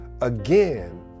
again